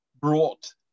brought